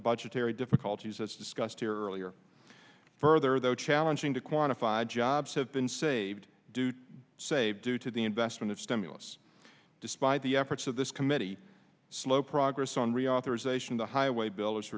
budgetary difficulties as discussed here earlier further though challenging to quantify jobs have been saved due to save due to the investment of stimulus despite the efforts of this committee slow progress on reauthorization the highway bil